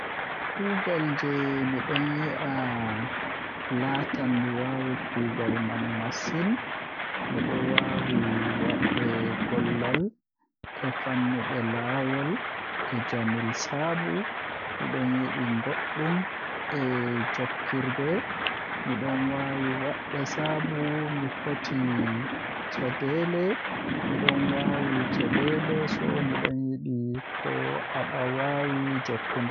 Kuugal jei miɗon yi'a laatan mi waawi kuugal man masin Miɗo waawi waɗde gollal e fannuɓe laawol e jamii sabu miɗo yiɗi goɗɗum e jokkondirɗe. Miɗo waawi waɗde sabu mi foti caɗeele, miɗo waawi waɗde caɗeele so miɗo yiɗi ko aɗa waawi jokkude.